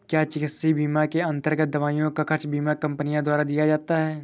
क्या चिकित्सा बीमा के अन्तर्गत दवाइयों का खर्च बीमा कंपनियों द्वारा दिया जाता है?